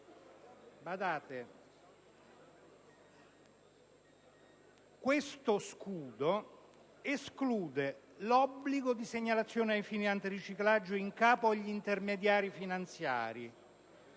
questo scudo esclude l'obbligo di segnalazione ai fini dell'antiriciclaggio in capo agli intermediari finanziari,